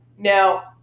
Now